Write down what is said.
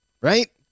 right